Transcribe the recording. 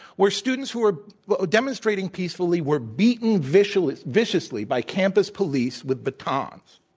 where students who were but demonstrating peacefully were beaten viciously viciously by campus police with batons.